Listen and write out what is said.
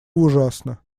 ужасно